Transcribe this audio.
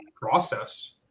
process